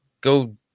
go